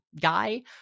guy